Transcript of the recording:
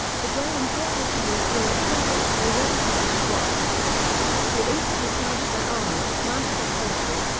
the gay and thoughtless youths were at table, already heated with wine they instantly clasped their armor, mounted their horses,